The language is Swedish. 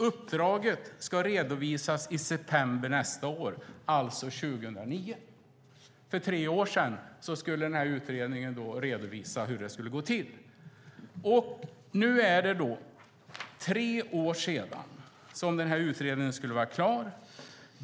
Uppdraget ska redovisas i september nästa år." För tre år sedan, 2009, skulle alltså den här utredningen redovisa hur det skulle gå till. Det är tre år sedan denna utredning skulle vara klar.